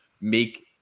make